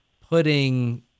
putting